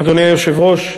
אדוני היושב-ראש,